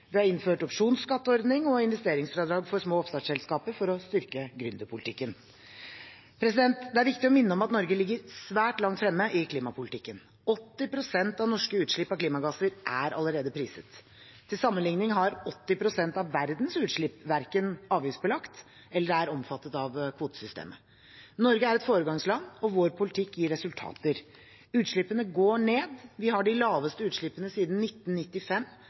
vi har innført opsjonskatteordning og investeringsfradrag for små oppstartsselskaper for å styrke gründerpolitikken. Det er viktig å minne om at Norge ligger svært langt fremme i klimapolitikken. 80 pst. av norske utslipp av klimagasser er allerede priset. Til sammenligning er 80 pst. av verdens utslipp verken avgiftsbelagt eller omfattet av kvotesystemet. Norge er et foregangsland, og vår politikk gir resultater. Utslippene går ned. Vi har de laveste utslippene siden 1995,